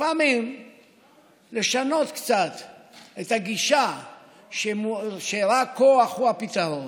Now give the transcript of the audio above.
לפעמים לשנות קצת את הגישה שרק כוח הוא הפתרון,